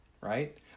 right